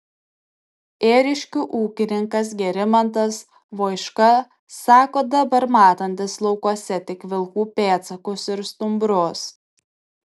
ėriškių ūkininkas gerimantas voiška sako dabar matantis laukuose tik vilkų pėdsakus ir stumbrus